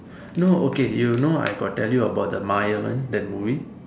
no okay you know I got tell you about the Maayavan that movie